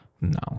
no